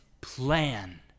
plan